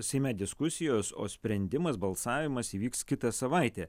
seime diskusijos o sprendimas balsavimas įvyks kitą savaitę